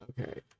Okay